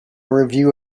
review